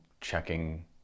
checking